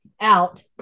out